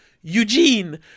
eugene